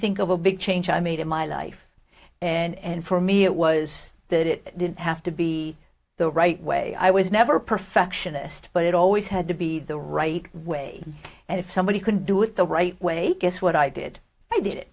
think of a big change i made in my life and for me it was that it didn't have to be the right way i was never a perfectionist but it always had to be the right way and if somebody could do it the right way guess what i did i did it